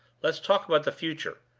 let's talk about the future.